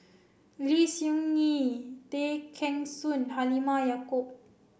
Lim Soo Ngee Tay Kheng Soon Halimah Yacob